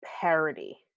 parody